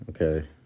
Okay